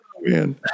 man